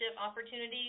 opportunities